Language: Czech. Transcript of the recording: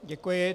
Děkuji.